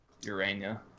Urania